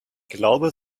glaube